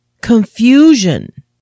confusion